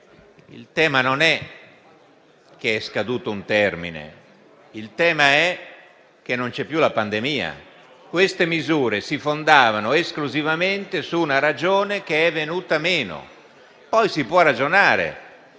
Il tema non è il fatto che è scaduto un termine, ma che non c'è più la pandemia. Queste misure si fondavano esclusivamente su una ragione che è venuta meno; poi, quando sarà